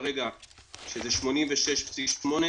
שזה 86.8,